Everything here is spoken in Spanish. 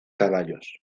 caballos